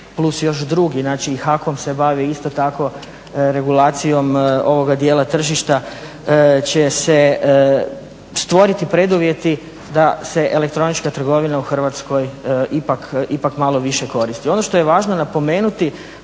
plus još drugi, znači i HAKOM se bavi isto tako regulacijom ovoga dijela tržišta, će se stvoriti preduvjeti da se elektronička trgovina u Hrvatskoj ipak malo više koristi. Ono što je važno napomenuti,